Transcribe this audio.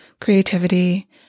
creativity